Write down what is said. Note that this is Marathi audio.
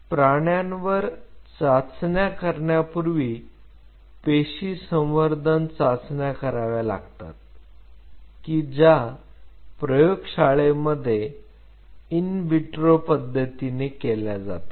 प्राण्यांवर चाचण्या करण्यापूर्वी पेशी संवर्धन चाचण्या कराव्या लागतात की ज्या प्रयोगशाळे मध्ये इन वित्रो पद्धतीने केल्या जातात